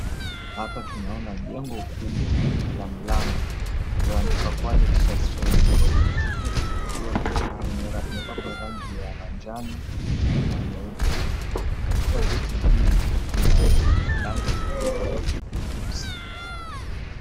Hapa tunaona jengo kubwa na mlango ulioandikwa 'Kwale Teachers Training College' pia imepakwa rangi ya njano na nyeupe , katika geti hii kuna milango iliyo nyeusi.